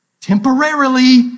temporarily